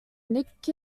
nick